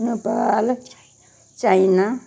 Nepal China